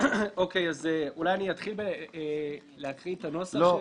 אולי אתחיל בהקראת הנוסח?